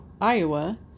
Iowa